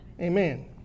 Amen